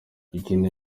ikindi